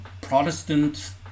Protestant